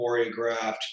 choreographed